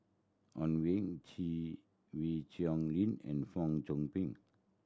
Owyang Chi Wee Chong Jin and Fong Chong Pik